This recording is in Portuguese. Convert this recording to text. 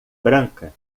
branca